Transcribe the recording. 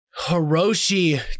Hiroshi